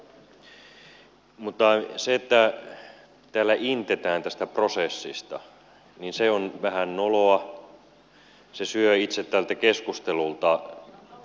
mutta se että täällä intetään tästä prosessista on vähän noloa se syö itse tältä keskustelulta arvoa